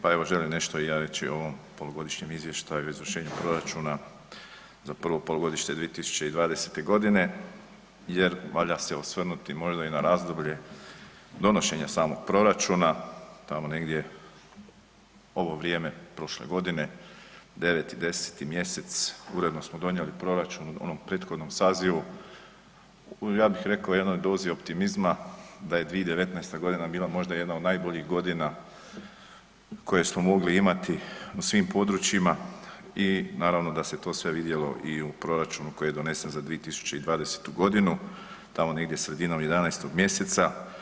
Pa evo, želim nešto i ja reći o ovom polugodišnjem izvještaju o izvršenju proračuna za prvo polugodište 2020. g. jer valja se osvrnuti možda i na razdoblje donošenja samog proračuna, tamo negdje ovo vrijeme prošle godine, 9., 10. mjesec, uredno smo donijeli proračun u onom prethodnom sazivu u, ja bih rekao, jednoj dozi optimizma, da je 2019. g. bila možda jedna od najboljih godina koje smo mogli imati u svim područjima i naravno da se sve to vidjelo i u proračunu koji je donesen za 2020. g., tamo negdje sredinom 11. mj.